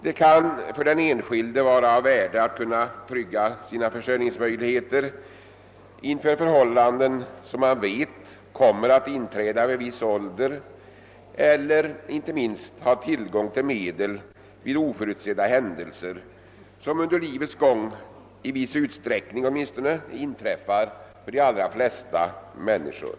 Det kan för den enskilde vara av värde att kunna trygga sina försörjningsmöjligheter inför förhållanden som han vet kommer att inträda vid viss ålder och inte minst att ha tillgång till medel vid oförutsedda händelser som under livets gång åtminstone i viss utsträckning inträffar för de allra flesta människor.